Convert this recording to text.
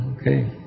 Okay